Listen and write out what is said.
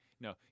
No